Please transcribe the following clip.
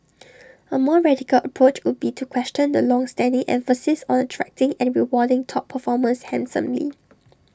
A more radical approach would be to question the longstanding emphasis on the attracting and rewarding top performers handsomely